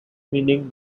meaning